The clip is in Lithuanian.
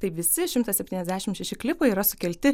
taip visi šimtas septyniasdešim šeši klipai yra sukelti